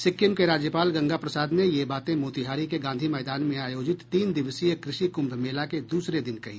सिक्किम के राज्यपाल गंगा प्रसाद ने ये बातें मोतिहारी के गांधी मैदान में आयोजित तीन दिवसीय कृषि कुम्भ मेले के दूसरे दिन कही